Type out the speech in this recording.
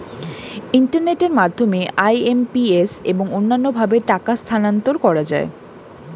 ইন্টারনেটের মাধ্যমে আই.এম.পি.এস এবং অন্যান্য ভাবে টাকা স্থানান্তর করা যায়